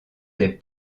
des